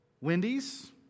Wendy's